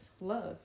love